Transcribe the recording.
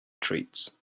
treats